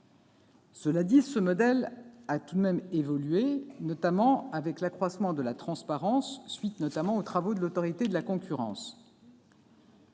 Cela dit, ce modèle a tout de même évolué, en particulier par l'accroissement de sa transparence à la suite, notamment, des travaux de l'Autorité de la concurrence.